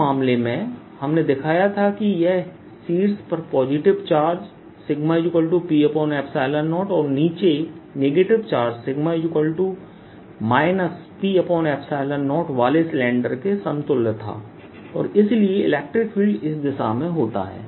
इस मामले में हमने दिखाया था कि यह शीर्ष पर पॉजिटिव चार्ज P0 और नीचे नेगेटिव चार्ज P0 वाले सिलेंडर के समतुल्य था और इसलिए इलेक्ट्रिक फील्ड इस दिशा में होता है